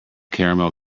caramel